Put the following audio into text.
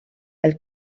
elle